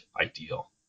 ideal